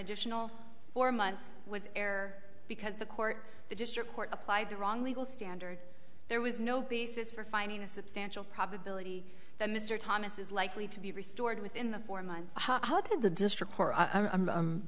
additional four months with ehr because the court the district court applied the wrong legal standard there was no basis for finding a substantial probability that mr thomas is likely to be restored within the four months how did the district i'm